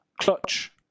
Clutch